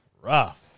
Rough